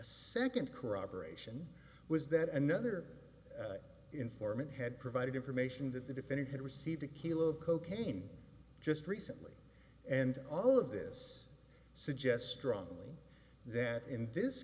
second corroboration was that another informant had provided information that the defendant had received a kilo of cocaine just recently and all of this suggests strongly that in this